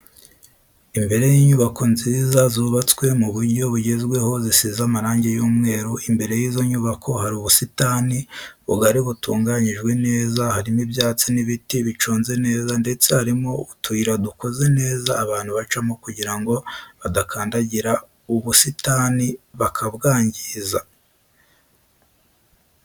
Imbere y'inyubako nziza zubatswe mu buryo bugezweho zisize amarangi y'umweru imbere y'izo nyubako hari ubusitani bugari butunganyijwe neza, harimo ibyatsi n'ibiti biconze neza ndetse harimo utuyira dukoze neza abantu bacamo kugirango badakandagira mu busitani bakabwangiza.